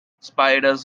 spiders